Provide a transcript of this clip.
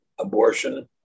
abortion